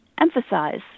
emphasize